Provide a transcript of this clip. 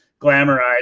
glamorized